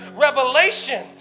revelation